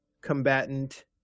combatant